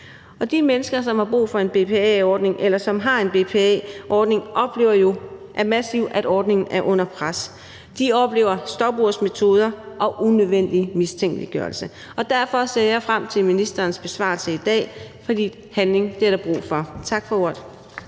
eller som har en BPA-ordning, oplever jo, at ordningen er under massivt pres. De oplever stopursmetoder og unødvendig mistænkeliggørelse. Og derfor ser jeg frem til ministerens besvarelse i dag, for handling er der brug for. Tak for ordet.